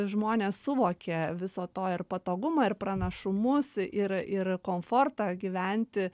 žmonės suvokia viso to ir patogumą ir pranašumus ir ir komfortą gyventi